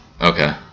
Okay